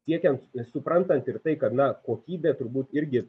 tiekiant suprantant ir tai kad na kokybė turbūt irgi